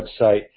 website